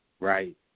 Right